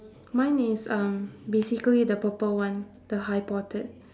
mine is um basically the purple one the hypothet~